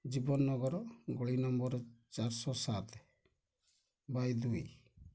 ଜୀବନ ନଗର ଗଳି ନମ୍ବର୍ ଚାରିଶହ ସାତ ବାଇ ଦୁଇ